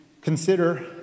consider